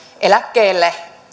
eläkkeelle